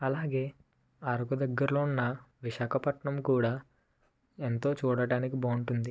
అలాగే అరకు దగ్గరలో ఉన్న విశాఖపట్నం కూడా ఎంతో చూడటానికి బాగుంటుంది